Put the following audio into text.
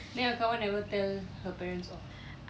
then your kawan never tell her parents off